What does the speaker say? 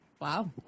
wow